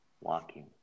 walking